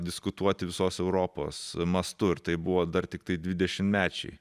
diskutuoti visos europos mastu ir tai buvo dar tiktai dvidešimtmečiai